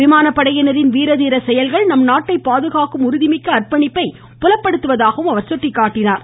விமானப்படையினரின் வீர தீர செயல்கள் நம் நாட்டை பாதுகாக்கும் உறுதிமிக்க அர்ப்பணிப்பை புலப்படுத்துவதாகவும் அவர் சுட்டிக்காட்டினார்